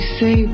say